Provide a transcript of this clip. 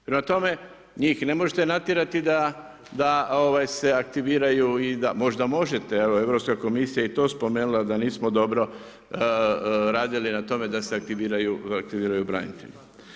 Prema toma, njih ne možete natjerati da se aktiviraju i da možda možete, evo Europska komisija je i to spomenula, da nismo dobro radili na tome da se aktiviraju branitelji.